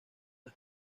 las